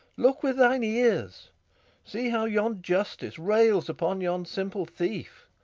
look with thine ears see how yond justice rails upon yond simple thief.